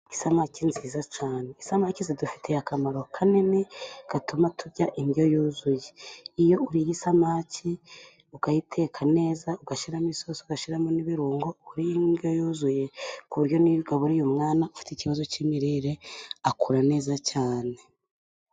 Isamaki nziza cyane. Isamake zidufitiye akamaro kanini, gatuma turya indyo yuzuye, iyo uriye isamaki, ukayiteka neza, ugashyiramo isosi, ugashiramo n'ibirungo, uba uriye indyo yuzuye, ku buryo niyo uyigaburiye umwana afite ikibazo cy'imirire akura neza cyane.